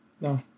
No